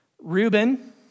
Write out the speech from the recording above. Reuben